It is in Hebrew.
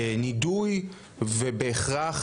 נידוי ובהכרח,